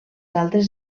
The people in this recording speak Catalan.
altres